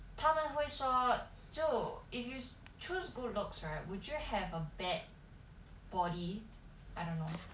他们会说就 if you choose good looks right would you have a bad body I don't know